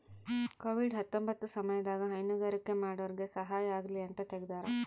Covid ಹತ್ತೊಂಬತ್ತ ಸಮಯದಾಗ ಹೈನುಗಾರಿಕೆ ಮಾಡೋರ್ಗೆ ಸಹಾಯ ಆಗಲಿ ಅಂತ ತೆಗ್ದಾರ